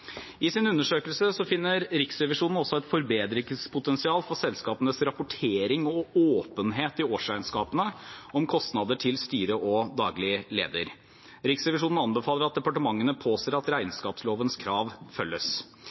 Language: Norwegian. I sin undersøkelse finner Riksrevisjonen også et forbedringspotensial for selskapenes rapportering og åpenhet i årsregnskapene om kostnader til styret og daglig leder. Riksrevisjonen anbefaler at departementene påser at regnskapslovens krav følges.